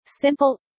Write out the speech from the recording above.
simple